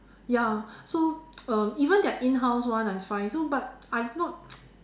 ya so um even they are in house when I find so but I'm not